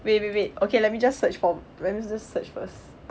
wait wait wait okay let me just search for let me just search first